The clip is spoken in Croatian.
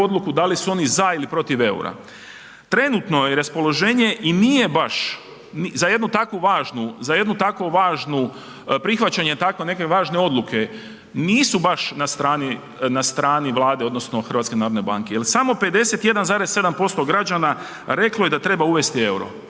odluku da li su oni za ili protiv eura. Trenutno je raspoloženje i nije baš za jednu takvu važnu, ja jednu tako važnu, prihvaćanje tako neke važne odluke, nisu baš na strani Vlade odnosno HNB-a jer samo 51,7% građana reklo je da treba uvesti euro.